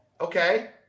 okay